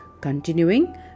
Continuing